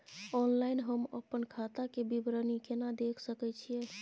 Online हम अपन खाता के विवरणी केना देख सकै छी?